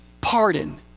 pardon